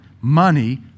money